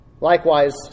Likewise